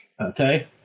Okay